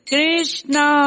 Krishna